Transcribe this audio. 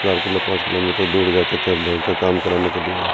چار کلو پانچ kilometre دور جاتے تھے بینک کے کام کرانے کے لیے